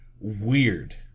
weird